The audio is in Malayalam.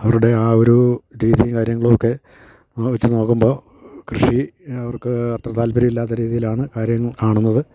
അവരുടെ ആ ഒരു രീതിയും കാര്യങ്ങളുവൊക്കെ വെച്ച് നോക്കുമ്പോൾ കൃഷി അവർക്ക് അത്ര താല്പര്യമില്ലാത്ത രീതീലാണ് കാര്യങ്ങൾ കാണുന്നത്